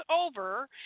over